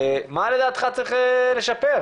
מה שקורה,